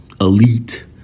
elite